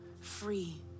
free